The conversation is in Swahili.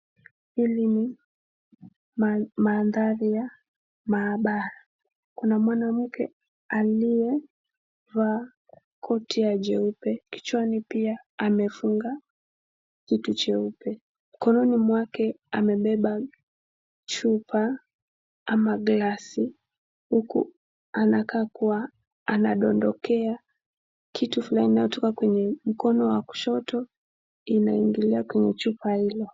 Hili ni mandhari ya maabara, kuna mwanamke aliyevaa koti ya jeupe kichwani pia amefunga kitu cheupe mkononi mwake, amebeba chupa ama glasi huku anakaa kuwa anadondokea kitu fulani inayotoka kwenye mkono wa kushoto inaingilia kwenye chupa hilo.